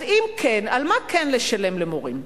אז אם כן, על מה כן לשלם למורים?